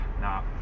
Nah